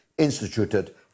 instituted